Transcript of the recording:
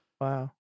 Wow